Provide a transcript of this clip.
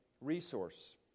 resource